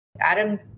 Adam